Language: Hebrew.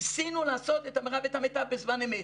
ניסינו לעשות את המרב ואת המיטב בזמן אמת.